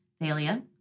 Thalia